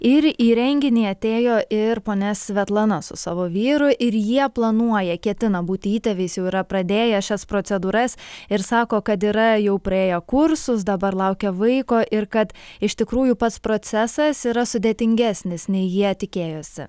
ir į renginį atėjo ir ponia svetlana su savo vyru ir jie planuoja ketina būti įtėviais jau yra pradėję šias procedūras ir sako kad yra jau praėjo kursus dabar laukia vaiko ir kad iš tikrųjų pats procesas yra sudėtingesnis nei jie tikėjosi